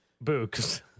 Books